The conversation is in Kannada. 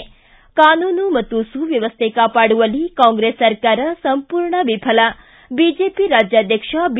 ಿ ಕಾನೂನು ಮತ್ತು ಸುವ್ಕವಸ್ಥೆ ಕಾಪಾಡುವಲ್ಲಿ ಕಾಂಗ್ರೆಸ್ ಸರ್ಕಾರ ಸಂಪೂರ್ಣ ವಿಫಲ ಬಿಜೆಪಿ ರಾಜ್ಯಾಧ್ವಕ್ಷ ಬಿ